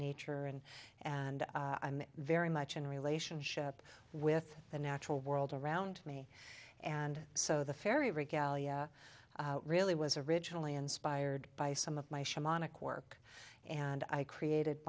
nature and and i'm very much in relationship with the natural world around me and so the fairy regalia really was originally inspired by some of my shamanic work and i created